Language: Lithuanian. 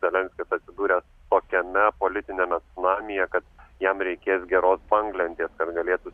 zelenskis atsidūręs tokiame politiniame cunamyje kad jam reikės geros banglentės kad galėtų